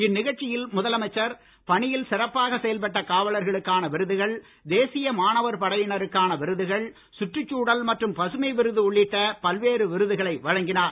இந்நிகழ்ச்சியில் முதலமைச்சர் பணியில் சிறப்பாக செயல்பட்ட காவலர்களுக்கான விருதுகள் தேசிய மாணவர் படையினருக்கான விருதுகள் சுற்றுச்சூழல் மற்றும் பசுமை விருது உள்ளிட்ட பல்வேறு விருதுகளை வழங்கினார்